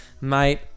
Mate